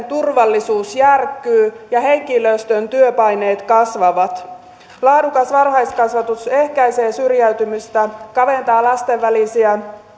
turvallisuus järkkyy ja henkilöstön työpaineet kasvavat laadukas varhaiskasvatus ehkäisee syrjäytymistä ja kaventaa lasten